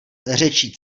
řečí